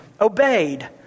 obeyed